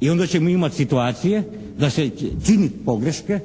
I onda ćemo imat situacije da će se činit pogreške